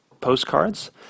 postcards